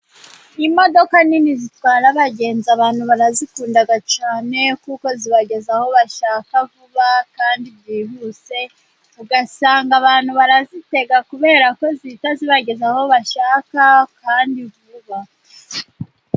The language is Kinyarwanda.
Imodoka nini zitwara abagenzi abantu barazikunda cyane , kuko zibageza aho bashaka vuba kandi byihuse, ugasanga abantu barazitega kubera ko zihita zibageza aho bashaka kandi vuba.